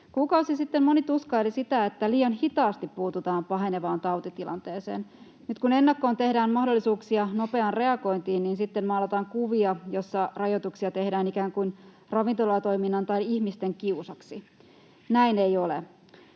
Kuukausi sitten moni tuskaili sitä, että liian hitaasti puututaan pahenevaan tautitilanteeseen. Nyt kun ennakkoon tehdään mahdollisuuksia nopeaan reagointiin, niin sitten maalataan kuvia, joissa rajoituksia tehdään ikään kuin ravintolatoiminnan tai ihmisten kiusaksi. Näin ei ole.